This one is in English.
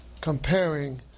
comparing